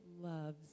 loves